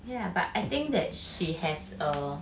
ya but I think that she has a